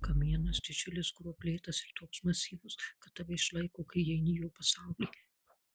kamienas didžiulis gruoblėtas ir toks masyvus kad tave išlaiko kai įeini į jo pasaulį